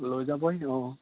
লৈ যাবহি অঁ